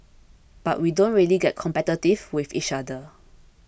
but we don't really get competitive with each other